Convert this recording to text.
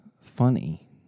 funny